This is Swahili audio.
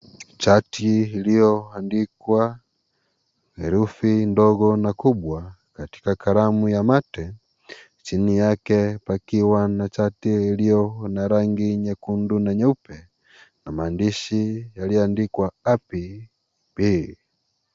Chati ilio andikwa, herufi ndogo na kubwa, katika karamu ya mate, chini yake pakiwa na chati iliyo na rangi nyekundu na nyeupe, na maandishi yaliyoandikwa (cs)happy, day(cs).